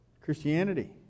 Christianity